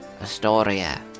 Astoria